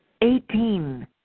Eighteen